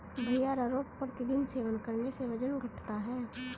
भैया अरारोट प्रतिदिन सेवन करने से वजन घटता है